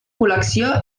col·lecció